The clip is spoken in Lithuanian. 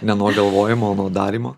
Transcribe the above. ne nuo galvojimo o nuo darymo